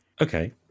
okay